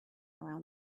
around